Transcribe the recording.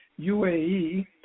UAE